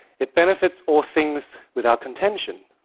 it benefits all things without contention.